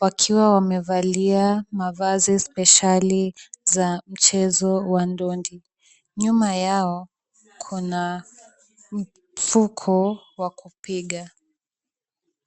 wakiwa wamevalia mavazi spesheli ya mchezo wa ndondi . Nyuma yao kuna mfuko wa kupiga.